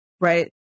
right